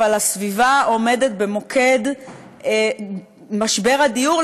אבל הסביבה עומדת במוקד משבר הדיור,